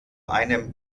einem